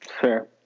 Fair